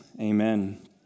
Amen